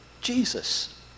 Jesus